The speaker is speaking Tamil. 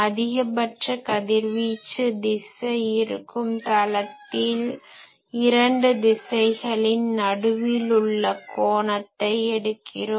அதிகபட்ச கதிரவீச்சு திசை இருக்கும் தளத்தில் இரண்டு திசைகளின் நடுவில் உள்ள கோணத்தை எடுக்கிறோம்